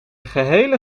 gehele